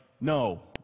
no